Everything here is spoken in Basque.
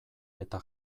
eta